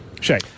Shay